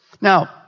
Now